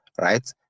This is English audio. right